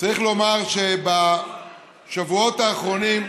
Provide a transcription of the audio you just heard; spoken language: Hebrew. צריך לומר שבשבועות האחרונים,